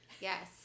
Yes